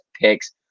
picks